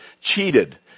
cheated